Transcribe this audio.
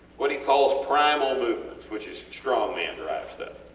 what he calls primal movements. which is strong man derived stuff,